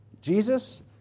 Jesus